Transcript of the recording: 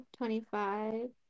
25